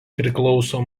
priklauso